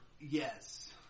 Yes